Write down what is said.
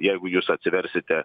jeigu jūs atsiversite